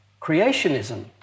creationism